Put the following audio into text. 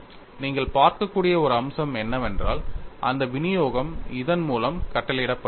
நீங்கள் பார்க்கக்கூடிய ஒரு அம்சம் என்னவென்றால் அந்த விநியோகம் இதன் மூலம் கட்டளையிடப்படுகிறது